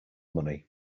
money